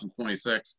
2026